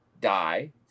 die